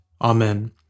Amen